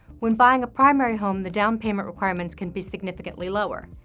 when buying a primary home, the down payment requirements can be significantly lower.